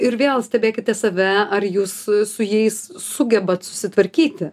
ir vėl stebėkite save ar jūs su jais sugebat susitvarkyti